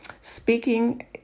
Speaking